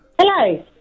Hello